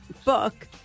book